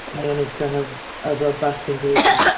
and it's kind of a robust engagement.